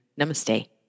Namaste